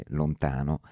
lontano